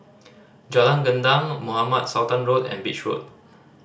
Jalan Gendang Mohamed Sultan Road and Beach Road